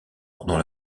pendant